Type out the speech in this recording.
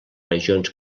regions